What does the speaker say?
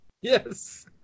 Yes